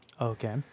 okay